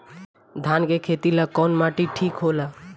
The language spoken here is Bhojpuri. धान के खेती ला कौन माटी ठीक होखेला?